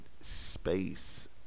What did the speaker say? space